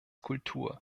kultur